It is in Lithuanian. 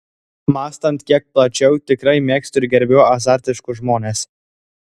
mąstant kiek plačiau tikrai mėgstu ir gerbiu azartiškus žmones